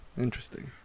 Interesting